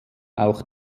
auch